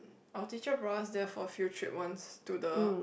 our teacher brought us there for field trip once to the